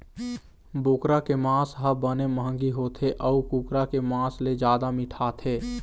बोकरा के मांस ह बने मंहगी होथे अउ कुकरा के मांस ले जादा मिठाथे